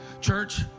church